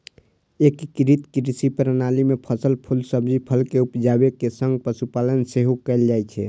एकीकृत कृषि प्रणाली मे फसल, फूल, सब्जी, फल के उपजाबै के संग पशुपालन सेहो कैल जाइ छै